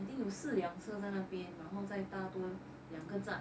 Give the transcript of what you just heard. I think 有四辆车在那边然后再打都两个站